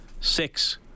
six